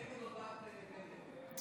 נגד הודעת בנט.